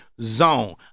Zone